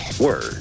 word